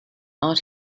art